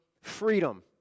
freedom